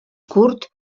curt